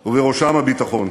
תמורה ובלי שום ביטחון.